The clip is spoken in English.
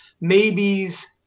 maybes